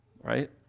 Right